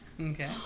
Okay